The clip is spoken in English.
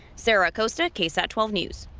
sarah acosta ksat twelve news.